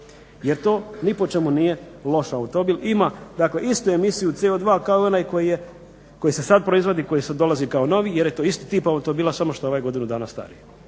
jer to ni po čemu nije loš automobil. Ima istu emisiju CO2 koji se sad proizvodi, koji sad dolazi kao n ovi jer je to isti tip automobila samo što je ovaj godinu dana stariji